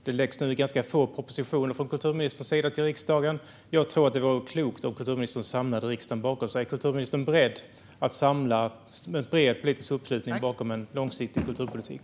Det har lagts fram få propositioner från kulturministerns sida till riksdagen, och det vore klokt om kulturministern samlade riksdagen bakom sig. Är kulturministern beredd att samla en bred politisk uppslutning bakom en långsiktig kulturpolitik?